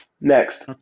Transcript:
Next